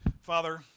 Father